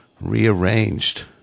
rearranged